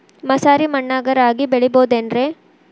ಮಸಾರಿ ಮಣ್ಣಾಗ ರಾಗಿ ಬೆಳಿಬೊದೇನ್ರೇ?